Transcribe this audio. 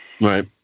Right